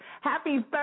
Happy